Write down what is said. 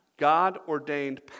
God-ordained